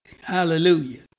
Hallelujah